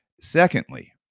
Secondly